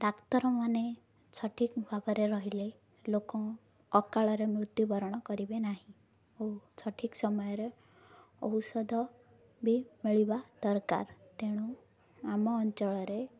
ଡାକ୍ତରମାନେ ସଠିକ୍ ଭାବରେ ରହିଲେ ଲୋକ ଅକାଳରେ ମୃତ୍ୟୁବରଣ କରିବେ ନାହିଁ ଓ ସଠିକ୍ ସମୟରେ ଔଷଧ ବି ମିଳିବା ଦରକାର ତେଣୁ ଆମ ଅଞ୍ଚଳରେ